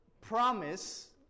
promise